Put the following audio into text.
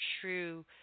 true